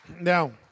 Now